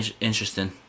interesting